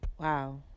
Wow